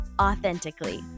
authentically